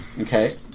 Okay